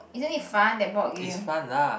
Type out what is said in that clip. isn't it fun that board game